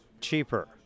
cheaper